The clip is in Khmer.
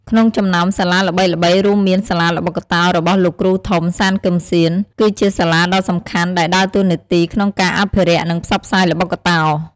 ក្នុងចំណោមសាលាល្បីៗរួមមាន សាលាល្បុក្កតោរបស់លោកគ្រូធំ សាន គឹមស៊ាន: គឺជាសាលាដ៏សំខាន់ដែលដើរតួនាទីក្នុងការអភិរក្ស និងផ្សព្វផ្សាយល្បុក្កតោ។